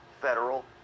federal